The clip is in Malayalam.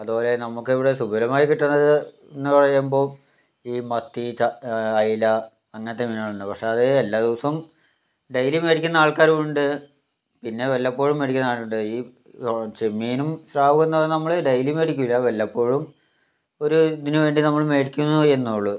അതുപോലെ നമുക്കിവിടെ സുഭലമായി കിട്ടുന്നത് എന്നുപറയുമ്പോൾ ഈ മത്തി ചാ അയില അങ്ങനത്തെ മീനാണ് പക്ഷേ അത് എല്ലാ ദിവസവും ഡെയ്ലി മേടിക്കുന്ന ആൾക്കാരും ഉണ്ട് പിന്നേ വല്ലപ്പോഴും മേടിക്കുന്ന ആളുണ്ട് ഈ ചെമ്മീനും സ്രാവെന്നു പറയുന്നത് നമ്മൾ ഡെയ്ലി മേടിക്കുകയില്ല വല്ലപ്പോഴും ഒരു ഇതിന് വേണ്ടി നമ്മൾ മേടിക്കൂന്നേള്ളൂ